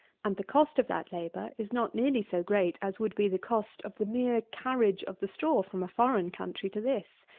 and the cost of that labour is not nearly so great as would be the cost of the mere carriage of the straw from a foreign country to this.